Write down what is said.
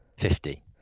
Fifty